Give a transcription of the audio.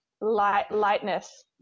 lightness